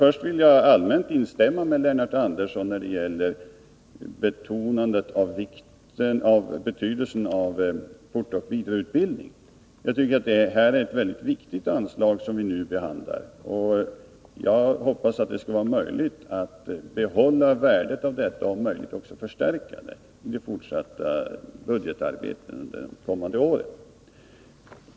Först vill jag dock allmänt instämma med Lennart Andersson när det gäller betonandet av betydelsen av fortoch vidareutbildning. Det är ett mycket viktigt anslag som vi nu behandlar. Jag hoppas att det skall vara möjligt att behålla värdet av detta och om möjligt också förstärka det i det fortsatta budgetarbetet under kommande år.